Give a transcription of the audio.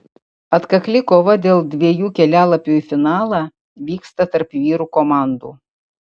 atkakli kova dėl dviejų kelialapių į finalą vyksta tarp vyrų komandų